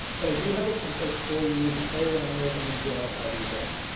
but i do have the templates for you to play around with and enjoy however you'd like.